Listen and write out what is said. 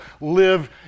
live